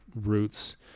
roots